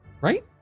right